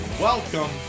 welcome